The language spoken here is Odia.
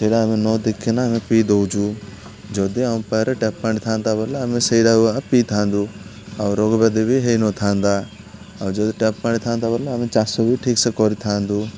ସେଇଟା ଆମେ ନ ଦେଖିକିନା ଆମେ ପିଇ ଦଉଛୁ ଯଦି ଅମ ପାଖରେ ଟ୍ୟାପ୍ ପାଣିଥାନ୍ତା ବୋଲେ ଆମେ ସେଇଟାକୁ ଏକା ପିଇଥାନ୍ତୁ ଆଉ ରୋଗବ୍ୟାଧି ବି ହେଇନଥାନ୍ତା ଆଉ ଯଦି ଟ୍ୟାପ୍ ପାଣିଥାନ୍ତା ବୋଲେ ଆମେ ଚାଷ ବି ଠିକ୍ସେ କରିଥାନ୍ତୁ